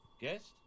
Guest